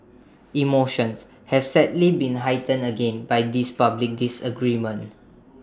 emotions have sadly been heightened again by this public disagreement